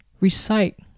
recite